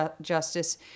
justice